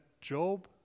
Job